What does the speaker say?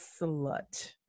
slut